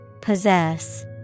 Possess